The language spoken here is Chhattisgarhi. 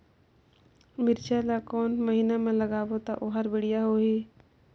मिरचा ला कोन महीना मा लगाबो ता ओहार बेडिया होही?